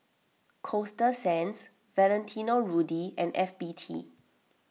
Coasta Sands Valentino Rudy and F B T